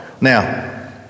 Now